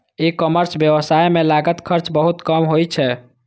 ई commerce व्यवसाय मे लागत खर्च बहुत कम होइ छै